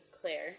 Claire